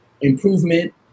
improvement